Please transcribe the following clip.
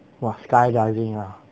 !wah! skydiving ah